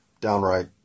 downright